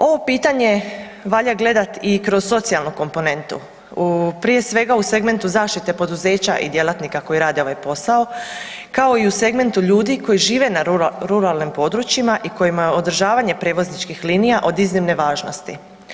Ovo pitanje valja gledat i kroz socijalnu komponentu, prije svega u segmentu zaštite poduzeća i djelatnika koji rade ovaj posao, kao i u segmentu ljudi koji žive na ruralnim područjima i kojima je održavanje prijevozničkih linija od iznimne važnosti.